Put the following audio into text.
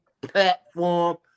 platform